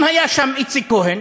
אם היה שם איציק כהן,